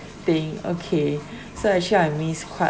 thing okay so actually I miss quite